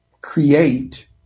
create